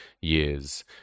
years